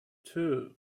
two